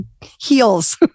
heels